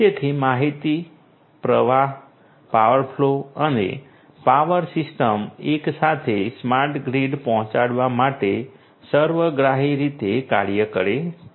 તેથી માહિતી પ્રવાહ પાવર ફ્લો અને પાવર સિસ્ટમ એકસાથે સ્માર્ટ ગ્રીડ પહોંચાડવા માટે સર્વગ્રાહી રીતે કાર્ય કરે છે